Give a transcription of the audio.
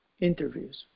interviews